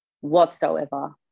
whatsoever